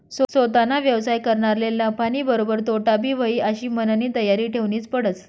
सोताना व्यवसाय करनारले नफानीबरोबर तोटाबी व्हयी आशी मननी तयारी ठेवनीच पडस